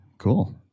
cool